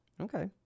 Okay